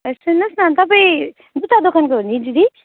ए सुन्नुहोस् न तपाईँ जुत्ता दोकानको हो नि दिदी